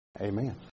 Amen